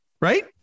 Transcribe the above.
right